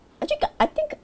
actually g~ I think